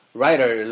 writer